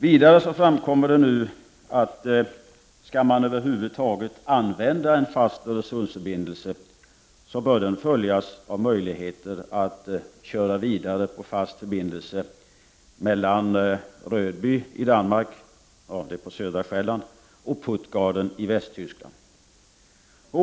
Vidare framkommer nu att skall man över huvud taget ha en fast Öresundsförbindelse bör den följas av möjligheter att köra vidare på fast förbindelse mellan Rödby på Själland i Danmark och Puttgarden i Västtyskland.